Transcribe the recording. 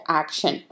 action